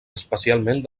especialment